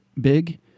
big